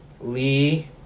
Lee